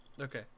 Okay